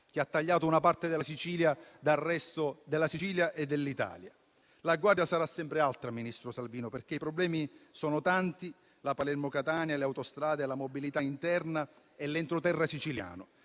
che ha tagliato una parte della Sicilia dal resto della Regione e dell'Italia. La guardia sarà sempre alta, ministro Salvini, perché i problemi sono tanti: la Palermo-Catania, le autostrade, la mobilità interna e l'entroterra siciliano.